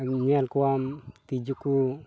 ᱧᱮᱞ ᱠᱚᱣᱟᱢ ᱛᱤᱡᱩ ᱠᱚ